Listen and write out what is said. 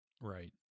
Right